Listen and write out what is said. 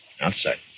Outside